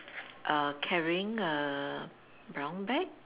uh carrying a brown bag